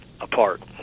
apart